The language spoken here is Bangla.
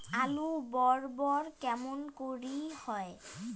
আলু বড় বড় কেমন করে হয়?